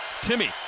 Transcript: Timmy